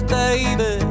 baby